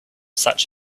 such